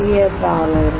यह पावर है